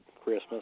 christmas